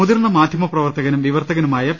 മുതിർന്ന മാധ്യമ പ്രവർത്തകനും വിവർത്തകനുമായ പി